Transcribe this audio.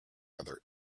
other